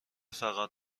فقط